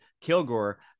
Kilgore